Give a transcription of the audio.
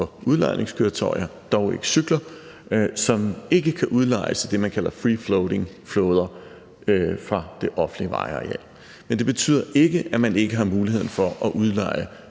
udlejningskøretøjer, dog ikke cykler, som ikke kan udlejes i det, man kalder free floating-flåder, fra det offentlige vejareal. Men det betyder ikke, at man ikke har mulighed for at udleje